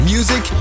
Music